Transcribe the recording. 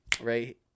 right